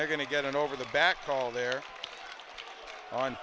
they're going to get an over the back call there on